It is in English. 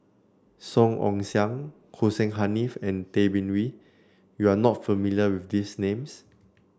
Song Ong Siang Hussein Haniff and Tay Bin Wee you are not familiar with these names